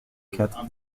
quatre